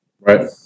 Right